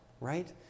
right